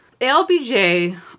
LBJ